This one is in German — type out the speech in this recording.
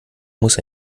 muss